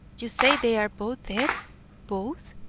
you say they are both dead both?